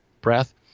breath